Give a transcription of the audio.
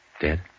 Dead